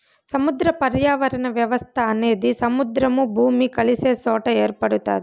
సముద్ర పర్యావరణ వ్యవస్థ అనేది సముద్రము, భూమి కలిసే సొట ఏర్పడుతాది